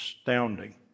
Astounding